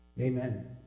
Amen